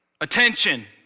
attention